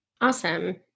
Awesome